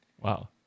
Wow